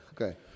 Okay